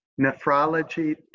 nephrology